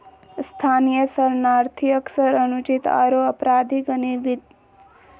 स्थानीय शरणार्थी अक्सर अनुचित आरो अपराधिक गतिविधि में महिला पुरुष दोनों संलिप्त मिल हई